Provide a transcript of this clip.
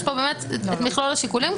יש פה את מכלול השיקולים,